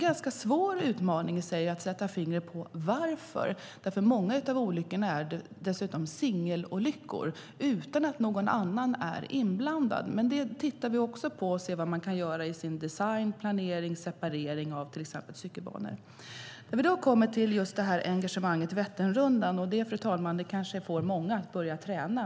Det är svårt att sätta fingret på varför, för många av olyckorna är singelolyckor där ingen annan är inblandad. Detta tittar vi på för att se vad som kan göras i design och planering av cykelbanor. Fru talman! Att vilja cykla Vätternrundan kan kanske få många att börja träna.